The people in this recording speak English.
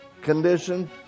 condition